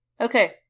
Okay